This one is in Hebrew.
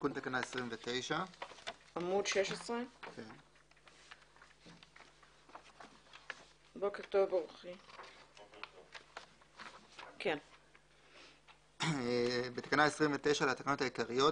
תיקון תקנה 29. תיקון תקנה 29. 28. בתקנה 29 לתקנות העיקריות,